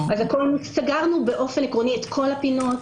סגרנו באופן עקרוני את כל הפינות,